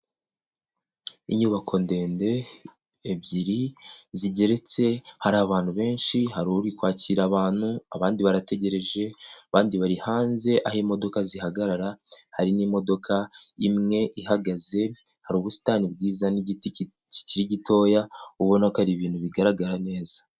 Inyubako ndende ebyiri zigeretse hari abantu benshi, hari uri kwakira abantu abandi barategereje, abandi bari hanze aho imodoka zihagarara, hari n'imodoka imwe ihagaze, hari ubusitani bwiza n'igiti kikiri gitoya ubona ko ari ibintu bigaragara neza.